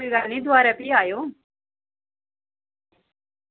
फ्ही दोआरी फ्ही आयो